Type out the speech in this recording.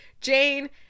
Jane